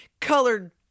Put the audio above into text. colored